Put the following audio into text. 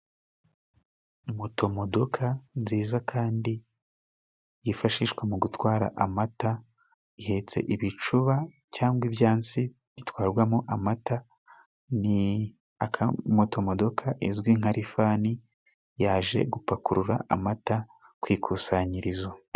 Motomodoka nziza kandi yifashishwa mu gutwara amata, ihetse ibicuba cyangwa ibyansi bitwarwamo amata, ni motomodoka izwi nka lifani yaje gupakurura amata ku ikusanyirizo.